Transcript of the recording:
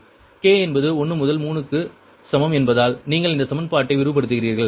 K என்பது 1 முதல் 3 க்கு சமம் என்பதால் நீங்கள் இந்த சமன்பாட்டை விரிவுபடுத்துகிறீர்கள்